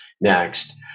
next